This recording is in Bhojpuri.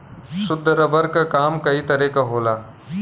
शुद्ध रबर क काम कई तरे क होला